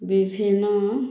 ବିଭିନ୍ନ